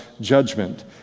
judgment